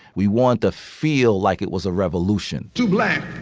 we want to feel like it was a revolution, too black,